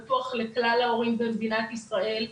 הוא פתוח לכלל ההורים במדינת ישראל,